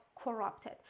corrupted